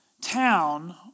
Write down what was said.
town